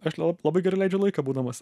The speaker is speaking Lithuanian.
aš lab labai gerai leidžiu laiką būdamas